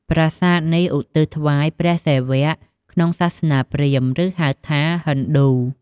ប្រាសាទនេះឧទ្ទិសថ្វាយព្រះសិវៈក្នុងសាសនាព្រាហ្មណ៍ ឬហៅថា ហិណ្ឌូ។